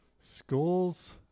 schools